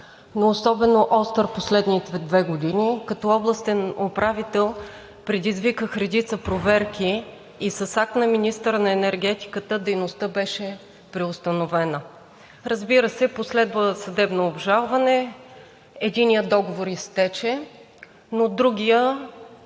но особено остър в последните две години. Като областен управител предизвиках редица проверки и с акт на министъра на енергетиката дейността беше преустановена. Разбира се, последва съдебно обжалване. Единият договор изтече, но другият